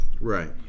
Right